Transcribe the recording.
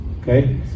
Okay